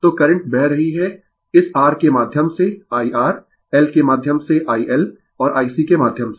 तो करंट बह रही है इस R के माध्यम से IR L के माध्यम से IL और IC के माध्यम से